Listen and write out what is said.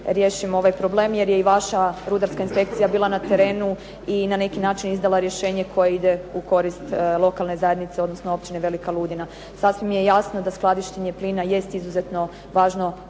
riješimo ovaj problem jer je i vaša rudarska inspekcija bila na terenu i na neki način izdala rješenje koje ide u korist lokalne zajednice odnosno općine Velika Ludina. Sasvim je jasno da skladištenje plina jest izuzetno važno